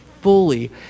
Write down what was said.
fully